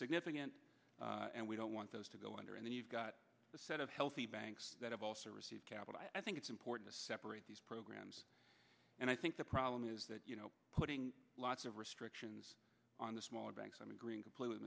significant and we don't want those to go under and then you've got a set of healthy banks that have also received capital i think it's important to separate these programs and i think the problem is that you know putting lots of restrictions on the smaller banks i mean green completely